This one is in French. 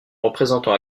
représentant